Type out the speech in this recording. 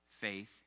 faith